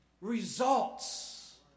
results